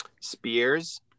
spears